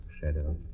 shadow